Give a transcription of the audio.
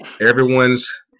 everyone's